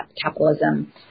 capitalism